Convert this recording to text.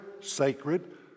sacred